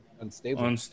unstable